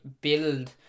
build